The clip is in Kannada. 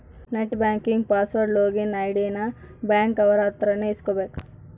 net banking password login ID ನ ಬ್ಯಾಂಕ್ ಅವ್ರ ಅತ್ರ ನೇ ಇಸ್ಕಬೇಕು